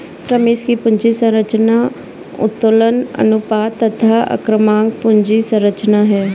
रमेश की पूंजी संरचना उत्तोलन अनुपात तथा आक्रामक पूंजी संरचना है